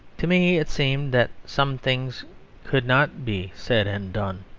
to me it seemed that some things could not be said and done.